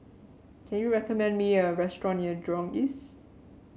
can you recommend me a restaurant near Jurong East